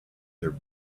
their